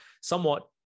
somewhat